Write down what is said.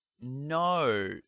no